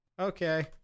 Okay